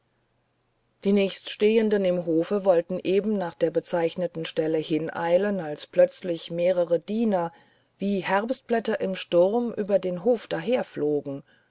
die zunächststehenden im hofe wollten eben nach der bezeichneten stelle hineilen als plötzlich mehrere diener wie herbstblätter im sturm über den hof